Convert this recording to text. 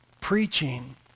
preaching